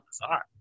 bizarre